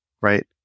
right